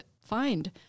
find